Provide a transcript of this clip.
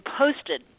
posted